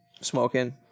smoking